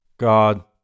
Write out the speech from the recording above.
God